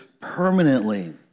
permanently